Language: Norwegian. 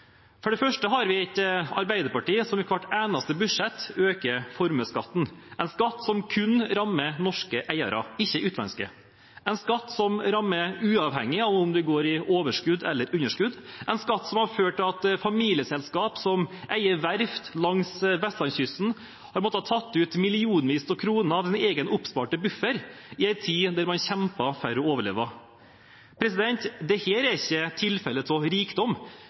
For det første har vi et Arbeiderparti som i hvert eneste budsjett øker formuesskatten – en skatt som kun rammer norske eiere, ikke utenlandske, en skatt som rammer, uavhengig av om du går i overskudd eller underskudd, en skatt som har ført til at familieselskaper som eier verft langs vestlandskysten, har måttet ta ut millionvis av kroner fra sin egen oppsparte buffer i en tid da man kjemper for å overleve. Dette er ikke tilfeller av rikdom,